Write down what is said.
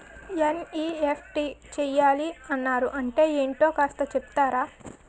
NEFT చేయాలని అన్నారు అంటే ఏంటో కాస్త చెపుతారా?